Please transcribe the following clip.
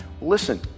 listen